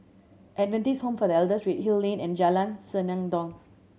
Adventist Home for the Elder Redhill Lane and Jalan Senandong